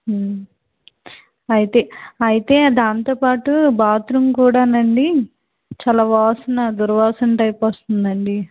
అయితే అయితే దాంతో పాటు బాత్ రూమ్ కూడా నండి చాలా వాసన దుర్వాసన టైప్ వస్తుందండి